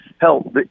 Hell